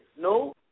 No